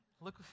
Look